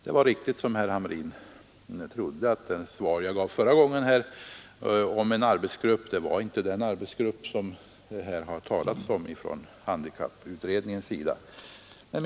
Sedan var det ett riktigt antagande som herr Hamrin gjorde, att det svar om en arbetsgrupp som jag gav förra gången inte gällde den arbetsgrupp som handikapputredningen talar om.